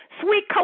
Sweet